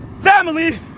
family